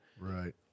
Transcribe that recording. Right